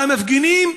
על המפגינים,